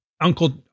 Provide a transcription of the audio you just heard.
uncle